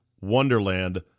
wonderland